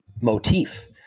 motif